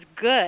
good